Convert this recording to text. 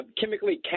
chemically